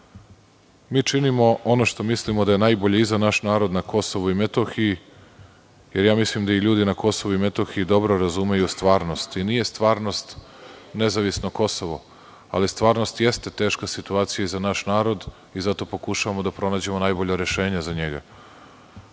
mi činimo ono što mislimo da je najbolje i za naš narod na Kosovu i Metohiji, jer mislim da i ljudi na Kosovu i Metohiji dobro razumeju stvarnost. Nije stvarnost nezavisno Kosovo, ali stvarnost jeste teška situacija i za naš narod i zato pokušavamo da pronađemo najbolja rešenja za njega. Neću